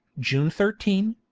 june thirteen,